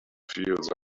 fields